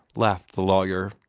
laughed the lawyer.